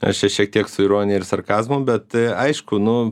aš čia šiek tiek su ironija ir sarkazmu bet aišku nu